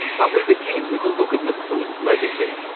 but we begin with a look at mcluhan's legacy.